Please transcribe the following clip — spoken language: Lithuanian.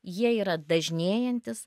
jie yra dažnėjantys